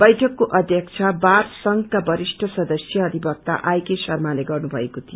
बैठकको अध्यक्षता वार संघका वरिष्ठ सदस्य अधिक्ता आईके शर्माले गर्नुभएको थियो